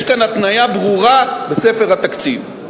יש כאן התניה ברורה בספר התקציב.